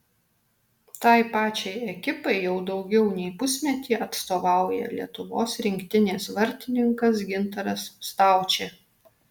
tai pačiai ekipai jau daugiau nei pusmetį atstovauja lietuvos rinktinės vartininkas gintaras staučė